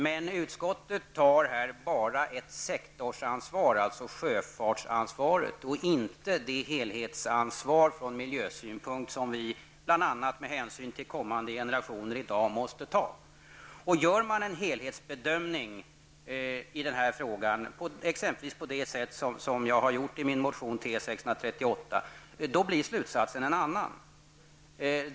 Men utskottet tar här bara ett sektorsansvar, alltså sjöfartsansvaret, och inte det helhetsansvar från miljösynpunkt som vi bl.a. med hänsyn till kommande generationer i dag måste ta. Gör man en helhetsbedömning i den här frågan, exempelvis på det sätt jag har föreslagit i min motion T638, blir slutsatsen en annan.